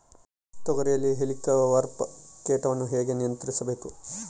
ತೋಗರಿಯಲ್ಲಿ ಹೇಲಿಕವರ್ಪ ಕೇಟವನ್ನು ಹೇಗೆ ನಿಯಂತ್ರಿಸಬೇಕು?